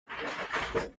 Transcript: fue